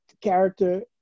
character